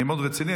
אני מאוד רציני.